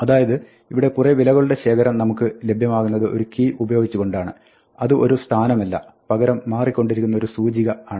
അതായത് ഇവിടെ കുറെ വിലകളുടെ ശേഖരം നമുക്ക് ലഭ്യമാകുന്നത് ഒരു കീ ഉപയോഗിച്ചു കൊണ്ടാണ് അത് ഒരു സ്ഥാനമല്ല പകരം മാറിക്കൊണ്ടിരിക്കുന്ന ഒരു സൂചിക ആണ്